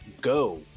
Go